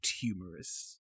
humorous